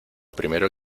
primero